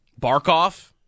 Barkov